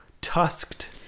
tusked